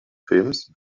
films